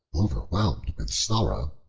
overwhelmed with sorrow,